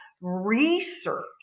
Research